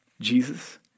Jesus